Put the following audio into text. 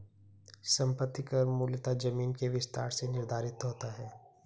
संपत्ति कर मूलतः जमीन के विस्तार से निर्धारित होता है